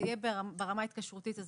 יהיה ברמה ההתקשרותית.